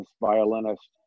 violinist